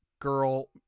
girl